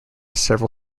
several